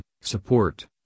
support